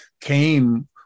came